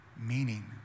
meaning